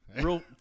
real